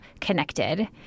connected